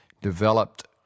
developed